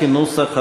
כנוסח הוועדה.